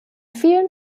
vielen